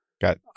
Got